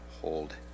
hold